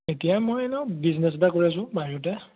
এতিয়া মই এনে বিজনেছ এটা কৰি আছোঁ বাহিৰতে